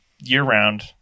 year-round